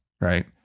Right